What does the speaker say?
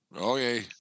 Okay